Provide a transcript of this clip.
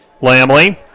Lamley